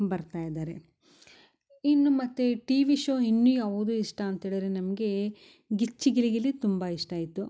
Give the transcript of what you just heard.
ಬರ್ತಾಯಿದ್ದಾರೆ ಇನ್ನು ಮತ್ತು TV show ಇನ್ನು ಯಾವುದು ಇಷ್ಟ ಅಂತೇಳಿದರೆ ನಮಗೆ ಗಿಚ್ಚಿ ಗಿಲಿ ಗಿಲಿ ತುಂಬಾ ಇಷ್ಟ ಇತ್ತು